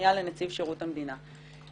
והשנייה לנציב שירות המדינה.